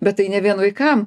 bet tai ne vien vaikam